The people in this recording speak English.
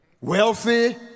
wealthy